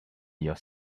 your